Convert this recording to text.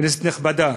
כנסת נכבדה,